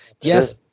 Yes